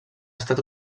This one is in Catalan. estat